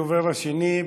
הדובר השני,